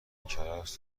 کرفس